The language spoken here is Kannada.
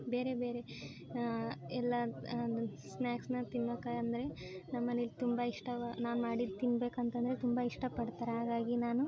ಬೇರೆ ಬೇರೆ ಎಲ್ಲ ಅಂದ್ರೆ ಸ್ನ್ಯಾಕ್ಸನ್ನ ತಿನ್ನೋಕ್ಕೆ ಅಂದರೆ ನಮ್ಮ ಮನೇಲಿ ತುಂಬ ಇಷ್ಟವ ನಾನು ಮಾಡಿದ್ದು ತಿನ್ಬೇಕು ಅಂತಂದರೆ ತುಂಬ ಇಷ್ಟಪಡ್ತಾರ್ ಹಾಗಾಗಿ ನಾನು